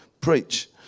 preach